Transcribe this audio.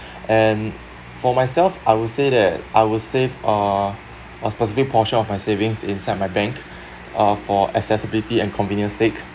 and for myself I would say that I would save uh a specific portion of my savings inside my bank uh for accessibility and convenience sake